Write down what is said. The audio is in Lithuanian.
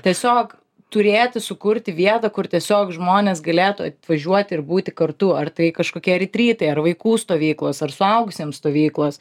tiesiog turėti sukurti vietą kur tiesiog žmonės galėtų atvažiuoti ir būti kartu ar tai kažkokie ritrytai ar vaikų stovyklos ar suaugusiem stovyklos